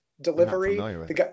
delivery